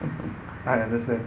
I understand